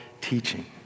teaching